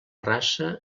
raça